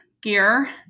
gear